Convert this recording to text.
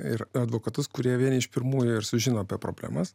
ir advokatus kurie vieni iš pirmųjų sužino apie problemas